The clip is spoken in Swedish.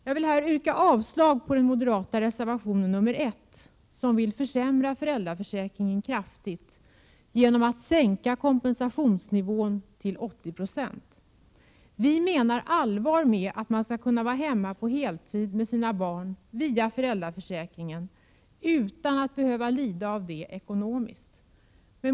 Jag vill här yrka avslag på den moderata reservationen nummer 1, som vill försämra föräldraförsäkringen kraftigt genom att sänka kompensationsnivån till 80 20. Vi menar allvar med att man skall kunna vara hemma på heltid med sina barn, via föräldraförsäkringen, utan att behöva lida av detta ekonomiskt.